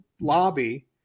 lobby